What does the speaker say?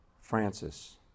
Francis